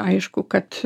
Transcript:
aišku kad